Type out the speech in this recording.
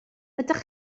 ydych